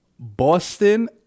Boston